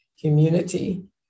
community